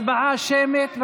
הצבעה שמית.